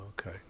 okay